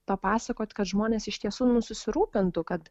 papasakot kad žmonės iš tiesų susirūpintų kad